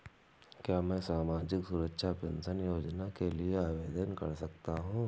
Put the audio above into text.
क्या मैं सामाजिक सुरक्षा पेंशन योजना के लिए आवेदन कर सकता हूँ?